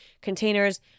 containers